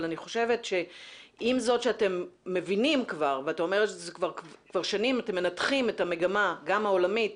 ואתה אומר שכבר שנים אתם מנתחים את המגמה גם העולמית